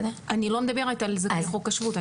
אני לא מדברת על זכאי חוק השבות.